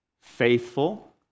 Faithful